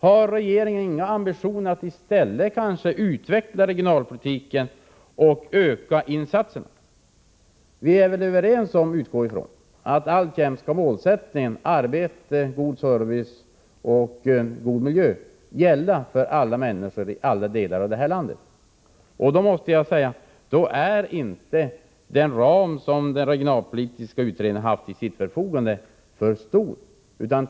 Har regeringen inga ambitioner att i stället kanske utveckla regionalpolitiken och öka insatserna? Vi är väl överens om — det utgår jag ifrån — att målsättningen arbete, god service och god miljö alltjämt skall gälla för alla människor i alla delar av landet. Då är inte den ram som den regionalpolitiska utredningen haft till sitt förfogande för stor.